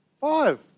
Five